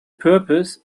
purpose